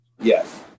Yes